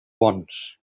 bons